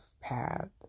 path